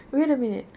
wait a minute